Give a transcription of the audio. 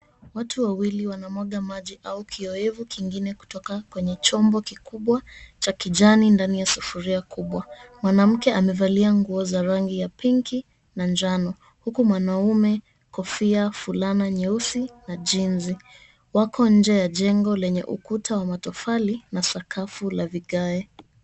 Watu wawili wanamwaga maji au kiyowevu kingine kutoka kwenye chombo kikubwa cha kijani ndani ya sufuria kubwa. Mwanamke amevalia nguo za rangi ya pinki na njano huku mwanaume kofia, fulana nyeusi na jeans . Wako nje ya jengo lenye ukuta wa matofali na sakafu ya vigae.